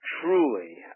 truly